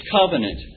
covenant